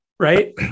Right